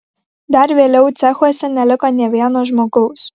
dar vėliau cechuose neliko nė vieno žmogaus